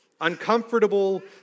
uncomfortable